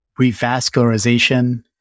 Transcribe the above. revascularization